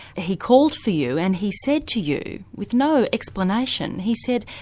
he called for you and he said to you with no explanation, he said,